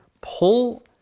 pull